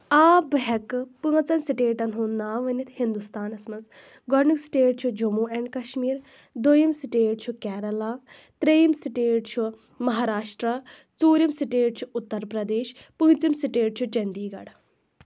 آ بہٕ ہٮ۪کہٕ پانٛژَن سِٹیٹَن ہُنٛد ناو ؤنِتھ ہِنٛدوستانَس منٛز گۄڈٕنیُک سِٹیٹ چھُ جموں اینٛڈ کَشمیٖر دوٚیِم سِٹیٹ چھُ کریلا ترٛیٚیِم سِٹیٹ چھُ مہاراشٹرا ژوٗرِم سِٹیٹ چھُ اُترپردیش پٲنٛژِم سِٹیٹ چھُ چنٛدی گَڑھ